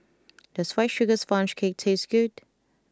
does White Sugar Sponge Cake taste good